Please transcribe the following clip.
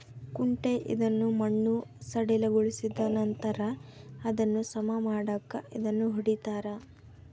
ಕುಂಟೆ ಇದನ್ನು ಮಣ್ಣು ಸಡಿಲಗೊಳಿಸಿದನಂತರ ಅದನ್ನು ಸಮ ಮಾಡಾಕ ಇದನ್ನು ಹೊಡಿತಾರ